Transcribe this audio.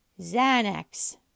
Xanax